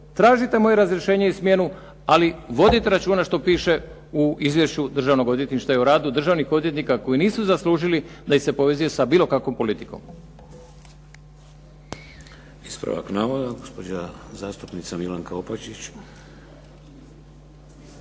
Tražite moje razrješenje i smjenu, ali vodite računa što piše u Izvješću Državnog odvjetništva i o radu državnih odvjetnika koji nisu zaslužili da ih se povezuje sa bilo kakvom politikom. **Šeks, Vladimir (HDZ)** Ispravak navoda, gospođa zastupnica Milanka Opačić.